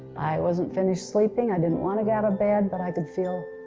i wasn't finished sleeping, i didn't want to get out of bed, but i could feel,